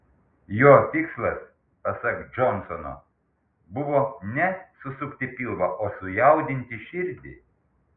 jo tikslas pasak džonsono buvo ne susukti pilvą o sujaudinti širdį